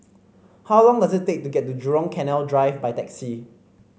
how long does it take to get to Jurong Canal Drive by taxi